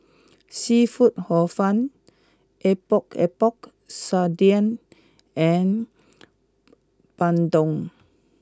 Seafood Hor Fun Epok Epok Sardin and Bandung